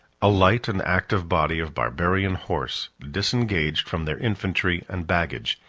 a light and active body of barbarian horse, disengaged from their infantry and baggage,